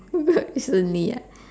recently ah